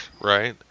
right